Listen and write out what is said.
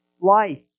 life